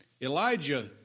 Elijah